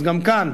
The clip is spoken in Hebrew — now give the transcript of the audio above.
אז גם כאן,